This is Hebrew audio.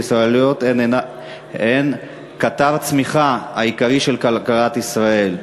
ישראליות הן קטר הצמיחה העיקרי של כלכלת ישראל,